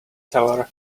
teller